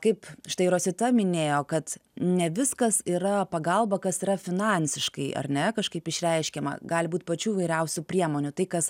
kaip štai rosita minėjo kad ne viskas yra pagalba kas yra finansiškai ar ne kažkaip išreiškiama gali būt pačių įvairiausių priemonių tai kas